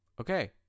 Okay